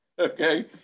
Okay